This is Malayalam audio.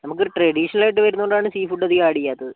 നമുക്കൊരു ട്രഡീഷണൽ ആയിട്ട് വരുന്നതുകൊണ്ടാണ് സീ ഫുഡ് അധികം ആഡ് ചെയ്യാത്തത്